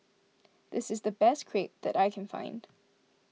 this is the best Crepe that I can find